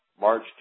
March